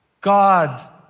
God